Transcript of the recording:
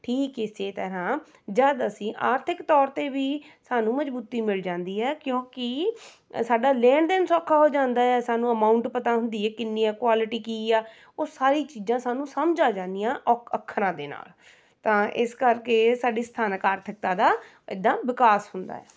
ਠੀਕ ਇਸੇ ਤਰ੍ਹਾਂ ਜਦ ਅਸੀਂ ਆਰਥਿਕ ਤੌਰ 'ਤੇ ਵੀ ਸਾਨੂੰ ਮਜਬੂਤੀ ਮਿਲ ਜਾਂਦੀ ਹੈ ਕਿਉਂਕਿ ਸਾਡਾ ਲੈਣ ਦੇਣ ਸੌਖਾ ਹੋ ਜਾਂਦਾ ਹੈ ਸਾਨੂੰ ਅਮਾਊਂਟ ਪਤਾ ਹੁੰਦੀ ਏ ਕਿੰਨੀ ਆ ਕੁਆਲਿਟੀ ਕੀ ਆ ਉਹ ਸਾਰੀ ਚੀਜ਼ਾਂ ਸਾਨੂੰ ਸਮਝ ਆ ਜਾਂਦੀਆਂ ਔ ਅੱਖਰਾਂ ਦੇ ਨਾਲ ਤਾਂ ਇਸ ਕਰਕੇ ਸਾਡੀ ਸਥਾਨਕ ਆਰਥਿਕਤਾ ਦਾ ਇੱਦਾਂ ਵਿਕਾਸ ਹੁੰਦਾ ਆ